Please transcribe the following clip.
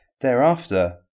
Thereafter